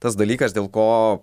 tas dalykas dėl ko